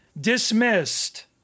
dismissed